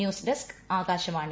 news desk Akashvani